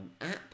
app